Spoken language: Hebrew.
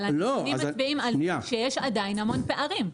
אבל הנתונים מצביעים שיש עדיין המון פערים.